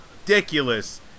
ridiculous